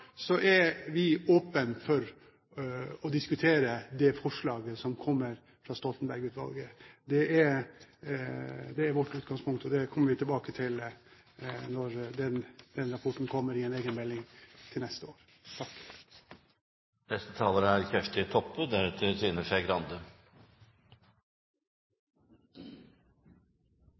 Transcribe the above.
er vi åpne for å diskutere det forslaget som kommer fra Stoltenberg-utvalget. Det er vårt utgangspunkt, og det kommer vi tilbake til når den rapporten kommer i en egen melding til neste år. Interpellanten tar opp et viktig tema og et viktig spørsmål, nemlig om vi er